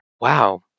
wow